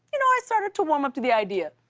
you know, i started to warm up to the idea.